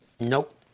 Nope